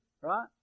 right